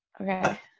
Okay